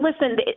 listen